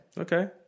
Okay